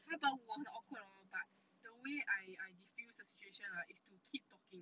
how about 我很 awkward hor but the way I I diffuse the situation right is to keep talking eh